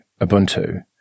Ubuntu